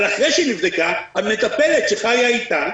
אבל אחרי שהיא נבדקה, המטפלת שחיה איתה,